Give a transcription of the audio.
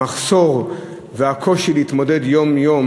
המחסור והקושי להתמודד יום-יום